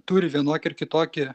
turi vienokį ar kitokį